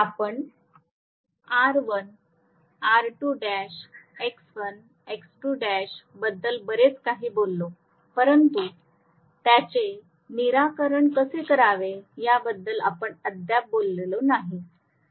आपण R1 R2l X1 X2l बद्दल बरेच काही बोललो परंतु त्यांचे निराकरण कसे करावे याबद्दल आपण अद्याप बोललो नाही